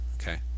Okay